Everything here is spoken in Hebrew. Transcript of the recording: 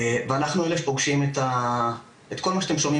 ואנחנו אלה שפוגשים את כל מה שאתם שומעים